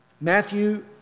Matthew